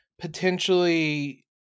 potentially